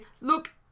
Look